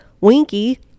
Winky